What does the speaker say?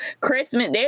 Christmas